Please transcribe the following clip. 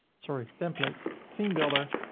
sorry, templates theme builder,